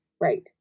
Right